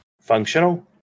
Functional